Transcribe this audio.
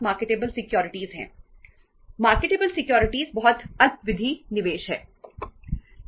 marketable securities बहुत अल्पविधि निवेश है